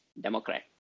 Democrat